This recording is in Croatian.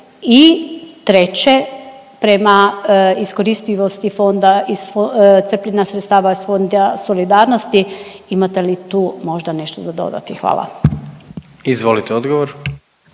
I treće, prema iskoristivosti fonda, crpljenja sredstava iz Fonda solidarnosti, imate li tu možda nešto za dodati? Hvala. **Jandroković,